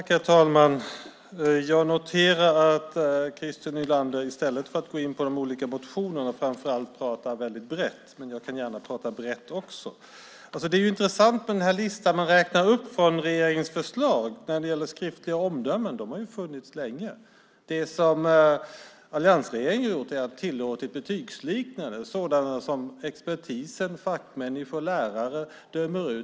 Herr talman! Jag noterar att Christer Nylander i stället för att gå in på de olika motionerna framför allt pratar väldigt brett. Jag kan gärna prata brett också. Den lista man räknar upp med regeringens förslag är intressant när det gäller skriftliga omdömen. De har ju funnits länge. Alliansregeringen har tillåtit betygsliknande omdömen - sådana som expertis, fackmänniskor och lärare dömer ut.